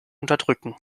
unterdrücken